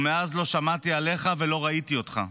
ומאז לא שמעתי עליך ולא ראיתי אותך.